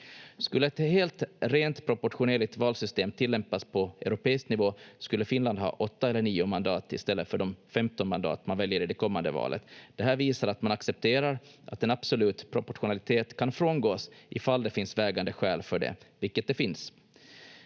Skulle ett helt rent proportionerligt valsystem tillämpas på europeisk nivå skulle Finland ha åtta eller nio mandat i stället för de 15 mandat man väljer i det kommande valet. Det här visar att man accepterar att en absolut proportionalitet kan frångås ifall det finns vägande skäl för det, vilket det finns.